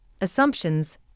assumptions